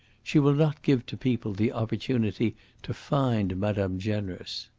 she will not give to people the opportunity to find madame generous.